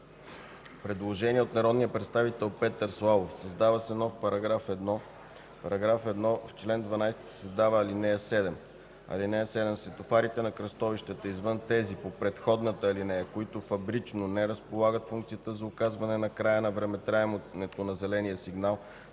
Предложение от народния представител Петър Славов: „Създава се нов § 1: „§1. В чл. 12 се създава ал. 7: „(7) Светофарите на кръстовищата, извън тези по предходната алинея, които фабрично не разполагат с функция за указване на края на времетраенето на зеления сигнал